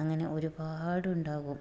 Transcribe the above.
അങ്ങനെ ഒരുപാടുണ്ടാകും